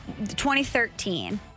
2013